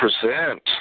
present